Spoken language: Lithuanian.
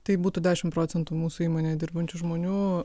tai būtų dešim procentų mūsų įmonėj dirbančių žmonių